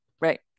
Right